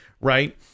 Right